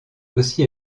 aussi